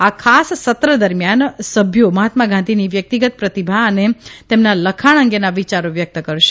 આ ખાસ સત્ર દરમિયાન સભ્યો મહાત્મા ગાંધીની વ્યકિતગત પ્રતીભા અને તેમના લખાણ અંગેના વિયારો વ્યકત કરશે